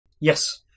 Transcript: Yes